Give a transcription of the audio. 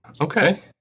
Okay